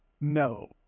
No